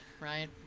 right